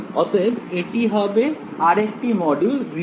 অতএব এটি হবে আর একটি মডিউল গ্রীন এর ফাংশনের উপর যেটাতে আমরা আসবো